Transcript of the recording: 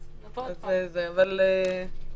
זה יוארך.